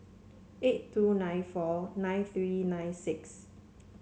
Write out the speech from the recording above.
eight two nine four nine three nine six